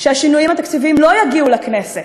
שהשינויים התקציביים לא יגיעו לכנסת,